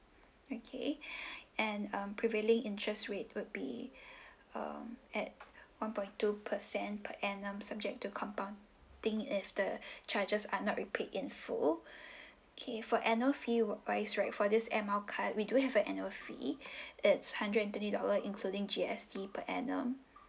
okay and um prevailing interest rate would be um at one point two percent per annum subject to compound thing if the charges are not repaid in full okay for annual fee wise right for this air mile card we do have an annual fee it's hundred and thirty dollar including G_S_T per annum